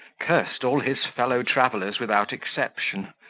cursed all his fellow-travellers without exception,